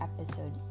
episode